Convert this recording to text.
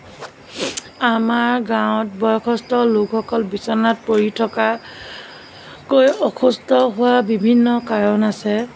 আমাৰ গাঁৱত বয়সস্থ লোকসকল বিছনাত পৰি থকাকৈ অসুস্থ হোৱাৰ বিভিন্ন কাৰণ আছে